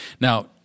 Now